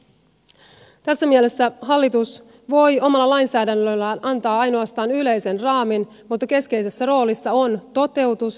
tässä mielessä hallitus voi omalla lainsäädännöllään antaa ainoastaan yleisen raamin mutta keskeisessä roolissa on toteutus